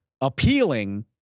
appealing